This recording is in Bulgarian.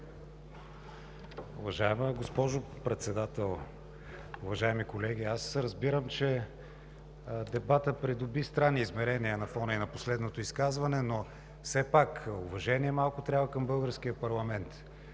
Уважаема госпожо Председател, уважаеми колеги, разбирам, че дебатът придоби странни измерения, поне от последното изказване, но все пак трябва малко уважение към българския парламент.